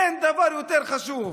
אין דבר יותר חשוב.